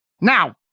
now